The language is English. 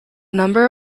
number